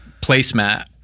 placemat